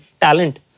talent